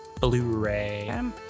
Blu-ray